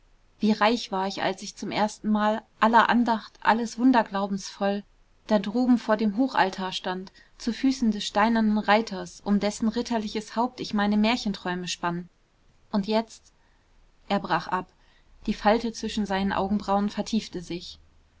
wie reich war ich als ich zum erstenmal aller andacht alles wunderglaubens voll da droben vor dem hochaltar stand zu füßen des steinernen reiters um dessen ritterliches haupt ich meine märchenträume spann und jetzt er brach ab die falte zwischen seinen augenbrauen vertiefte sich